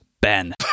Ben